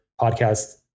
podcast